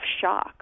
shock